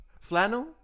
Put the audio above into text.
flannel